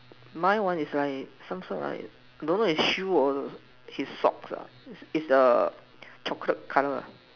my one is like some sort right don't know is shoe or his socks lah is the chocolate color lah